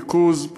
ניקוז,